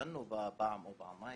דנו בה פעם או פעמיים